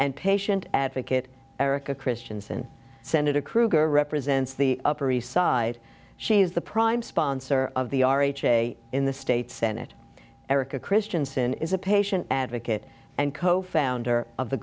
and patient advocate erika christiansen senator krueger represents the upper east side she is the prime sponsor of the r h a in the state senate erica christianson is a patient advocate and co founder of the